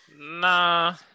nah